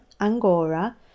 angora